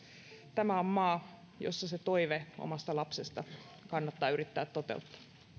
tämä on maa jossa toive omasta lapsesta kannattaa yrittää toteuttaa